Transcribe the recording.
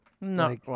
No